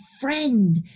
friend